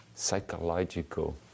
psychological